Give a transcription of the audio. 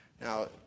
Now